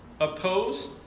oppose